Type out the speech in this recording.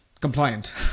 compliant